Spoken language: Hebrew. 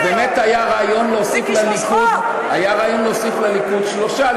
אז באמת היה רעיון להוסיף לליכוד שלושה,